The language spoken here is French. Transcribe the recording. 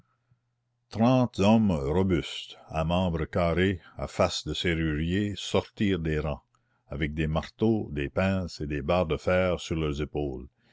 trente hommes robustes à membres carrés à face de serruriers sortirent des rangs avec des marteaux des pinces et des barres de fer sur leurs épaules